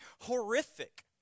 horrific